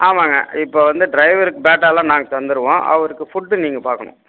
ஆமாம்ங்க இப்போ வந்து ட்ரைவருக்கு பேட்டாலாம் நாங்கள் தந்துருவோம் அவருக்கு ஃபுட்டு நீங்கள் பார்க்கணும்